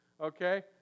Okay